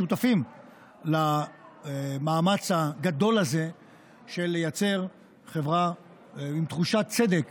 שותפים למאמץ הגדול הזה של לייצר חברה עם תחושת צדק